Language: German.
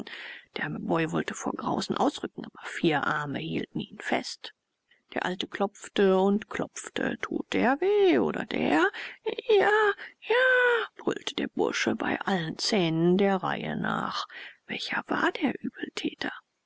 der arme boy wollte vor grausen ausrücken aber vier arme hielten ihn fest der alte klopfte und klopfte tut der weh oder der jaa jaa brüllte der bursche bei allen zähnen der reihe nach welcher war der übeltäter